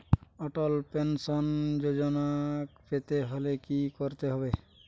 অটল pension যোজনা পেতে হলে কি করতে হবে?